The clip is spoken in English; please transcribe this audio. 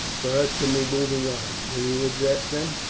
for us to be moving on will you address them?